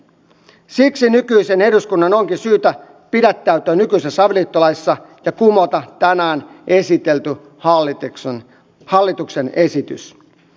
siksi nykyisen eduskunnan onkin syytä pidättäytyä nykyisessä avioliittolaissa ja kumota tänään esitelty hallituksen esitys